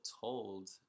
told